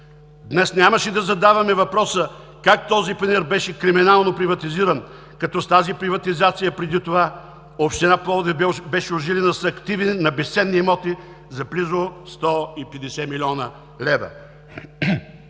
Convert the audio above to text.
Днес нямаше да задаваме въпроса: как този панаир беше криминално приватизиран, като с тази приватизация преди това община Пловдив беше ужилена с активи на безценни имоти за близо 150 млн. лв.?